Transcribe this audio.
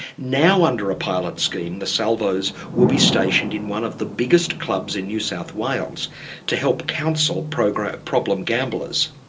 now under a pilot scheme, the salvos will be stationed in one of the biggest clubs in new south wales to help counsel problem gamblers.